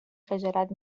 خجالت